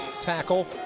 tackle